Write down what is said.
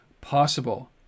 possible